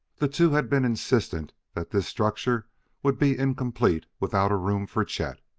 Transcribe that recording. the two had been insistent that this structure would be incomplete without a room for chet,